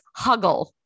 huggle